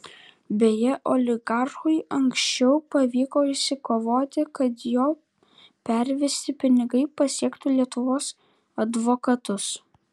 beje oligarchui anksčiau pavyko išsikovoti kad jo pervesti pinigai pasiektų lietuvos advokatus